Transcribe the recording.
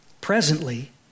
presently